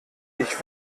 ich